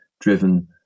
driven